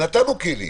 כל הצעת החוק הזאת